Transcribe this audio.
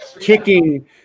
kicking